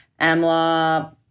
AMLA